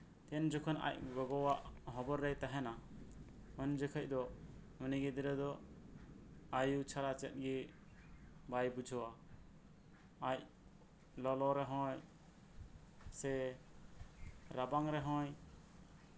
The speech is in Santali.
ᱛᱤᱱ ᱡᱚᱠᱷᱚᱱ ᱟᱡ ᱜᱚᱜᱚ ᱟᱜ ᱦᱚᱵᱚᱨ ᱨᱮᱭ ᱛᱟᱦᱮᱱᱟ ᱩᱱ ᱡᱚᱠᱷᱚᱱ ᱫᱚ ᱟᱭᱳ ᱪᱷᱟᱲᱟ ᱪᱮᱫ ᱜᱮ ᱵᱟᱭ ᱵᱩᱡᱷᱟᱹᱣᱼᱟ ᱟᱡ ᱞᱚᱞᱚ ᱨᱮᱦᱚᱸ ᱥᱮ ᱨᱟᱵᱟᱝ ᱨᱮᱦᱚᱭ